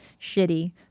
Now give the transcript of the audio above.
shitty